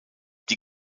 die